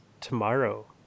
tomorrow